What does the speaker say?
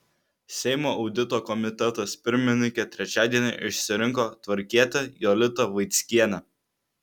seimo audito komitetas pirmininke trečiadienį išsirinko tvarkietę jolitą vaickienę